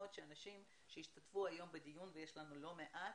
שאנשים שישתתפו היום בדיון ויש לנו לא מעט